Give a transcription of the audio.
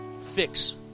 fix